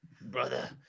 Brother